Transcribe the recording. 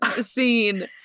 scene